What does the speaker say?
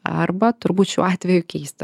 arba turbūt šiuo atveju keisti